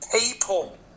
people